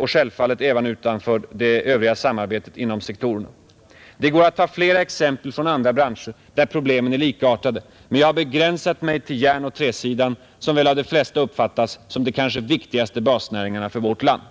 och självfallet även utanför det övriga samarbetet inom dessa sektorer. Det går att ta flera exempel från andra branscher där problemen är likartade, men jag har begränsat mig till järnoch träsidan som väl av de flesta uppfattas som de kanske viktigaste basnäringarna för vårt land.